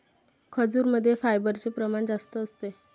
खजूरमध्ये फायबरचे प्रमाण जास्त असते